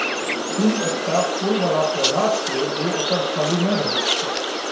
तिल एकटा फूल बला पौधा छियै, जे एकर फली मे रहैत छैक